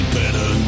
better